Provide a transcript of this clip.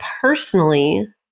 personally